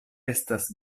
estas